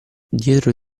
dietro